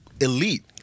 elite